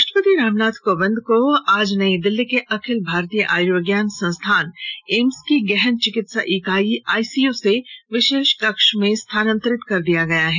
राष्ट्रपति रामनाथ कोविन्द को आज नई दिल्ली के अखिल भारतीय आयुर्विज्ञान संस्थान एम्स की गहन चिकित्सा इकाई आईसीय से विशेष कक्ष में स्थानांतरित कर दिया गया है